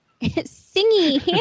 Singy